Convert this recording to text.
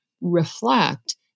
reflect